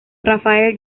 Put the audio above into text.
rafael